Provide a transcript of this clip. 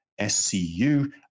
SCU